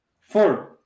four